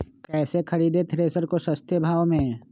कैसे खरीदे थ्रेसर को सस्ते भाव में?